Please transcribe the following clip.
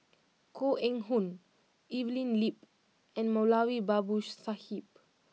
Koh Eng Hoon Evelyn Lip and Moulavi Babu Sahib